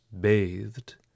bathed